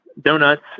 Donuts